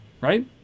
Right